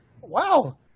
Wow